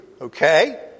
Okay